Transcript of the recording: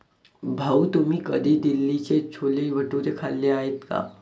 भाऊ, तुम्ही कधी दिल्लीचे छोले भटुरे खाल्ले आहेत का?